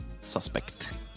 Suspect